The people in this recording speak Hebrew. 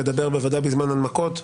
בוודאי בזמן הנמקות.